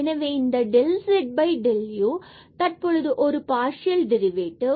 எனவே இந்த del z del u தற்பொழுது ஒரு பார்சியல் டெரிவேட்டிவ்